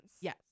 yes